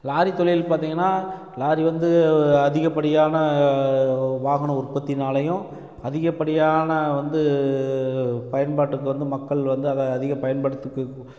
lorry தொழில் பார்த்திங்கன்னா lorry வந்து அதிகப்படியான வாகன உற்பத்தினாலேயும் அதிகப்படியான வந்து பயன்பாட்டுக்கு வந்து மக்கள் வந்து அதை அதிகம் பயன்படுத்திக்